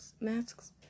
masks